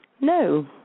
no